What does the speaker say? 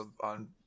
on